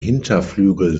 hinterflügel